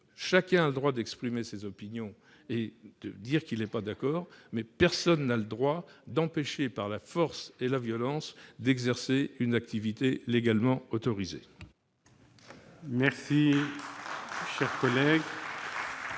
chacun a le droit d'exprimer ses opinions et de dire qu'il n'est pas d'accord, mais personne n'a le droit d'empêcher quiconque par la force et la violence d'exercer une activité légalement autorisée. La parole est